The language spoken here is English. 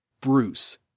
Bruce